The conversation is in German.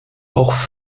auch